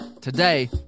today